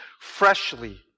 freshly